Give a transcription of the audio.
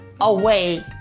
away